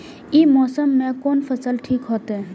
ई मौसम में कोन फसल ठीक होते?